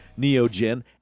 Neogen